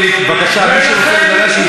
מי שרוצה לדבר, שישב, קודם כול.